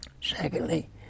Secondly